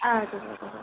آدٕ حظ اَدٕ حظ